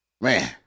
man